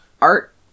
art